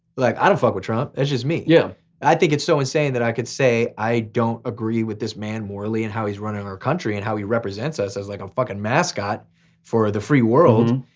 like i don't fuck with trump that's just me. yeah i think it's so insane that i could say i don't agree with this man morally and how he's running our country and how he represents us as like a fucking mascot for the free world.